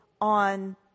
on